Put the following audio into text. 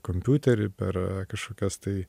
kompiuterį per kažkokias tai